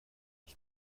ich